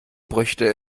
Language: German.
bräuchte